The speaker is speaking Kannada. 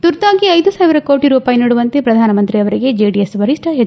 ತುರ್ತಾಗಿ ಐದು ಸಾವಿರ ಕೋಟಿ ರೂಪಾಯಿ ನೀಡುವಂತೆ ಪ್ರಧಾನಮಂತ್ರಿ ಅವರಿಗೆ ಜೆಡಿಎಸ್ ವರಿಷ್ಠ ಹೆಚ್